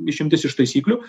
išimtis iš taisyklių